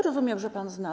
Rozumiem, że pan zna.